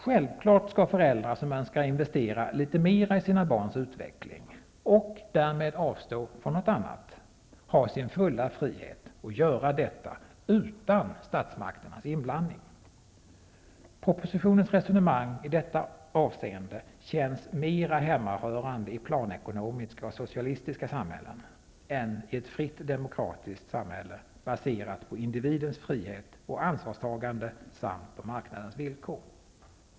Självklart skall föräldrar som önskar investera litet mer i sina barns utveckling -- och därmed avstå från något annat -- ha sin fulla frihet att göra detta utan statsmakternas inblandning. Propositionens resonemang i detta avseende känns mera hemmahörande i planekonomiska och socialistiska samhällen än i ett fritt demokratiskt samhälle, baserat på individens frihet och ansvarstagande samt på marknadens villkor.